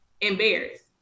Embarrassed